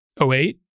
08